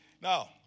Now